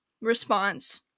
response